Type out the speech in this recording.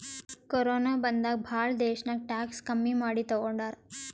corona ಬಂದಾಗ್ ಭಾಳ ದೇಶ್ನಾಗ್ ಟ್ಯಾಕ್ಸ್ ಕಮ್ಮಿ ಮಾಡಿ ತಗೊಂಡಾರ್